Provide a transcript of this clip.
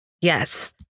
Yes